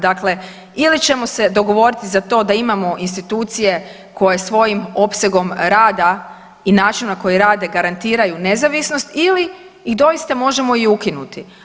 Dakle ili ćemo se dogovoriti za to da imamo institucije koje svojim opsegom rada i načinu na koji rade garantiraju nezavisnost ili ih doista možemo i ukinuti.